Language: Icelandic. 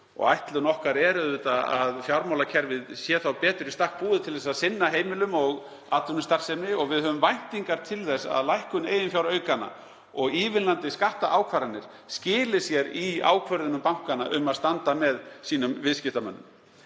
Ætlun okkar er auðvitað að fjármálakerfið sé þá betur í stakk búið til að sinna heimilum og atvinnustarfsemi. Við höfum væntingar til þess að lækkun eiginfjáraukanna og ívilnandi skattaákvarðanir skili sér í ákvörðunum bankana um að standa með sínum viðskiptamönnum.